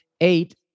eight